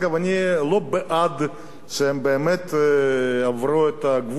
לא בעד שהם באמת יעברו את הגבול,